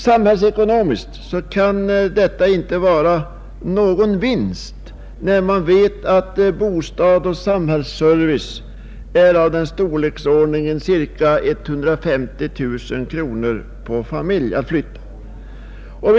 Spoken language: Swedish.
Samhällsekonomiskt kan detta inte vara någon vinst när vi vet att investeringen i bostad och samhällsservice är av storleksordningen 150 000 kronor per inflyttad familj.